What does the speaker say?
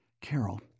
Carol